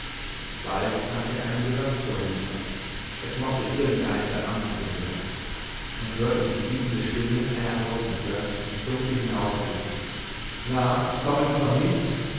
bald kam ich an einem gehöft vorüber es mochte irgendeinem beamten gehören und hörte die gebietende stimme einer hausmutter ins dunkel hinausrufen na kommen sie noch nicht